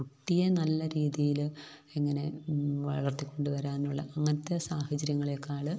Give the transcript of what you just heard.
കുട്ടിയെ നല്ല രീതിയില് എങ്ങനെ വളർത്തിക്കൊണ്ടുവരാനുള്ള അങ്ങനത്തെ സാഹചര്യങ്ങളെക്കാള്